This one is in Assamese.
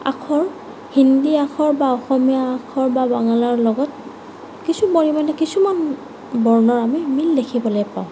আখৰ হিন্দী আখৰ বা অসমীয়া আখৰ বা বাংলাৰ লগত কিছু পৰিমাণে কিছুমান বৰ্ণৰ আমি মিল দেখিবলে পাওঁ